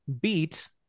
beat